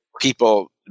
people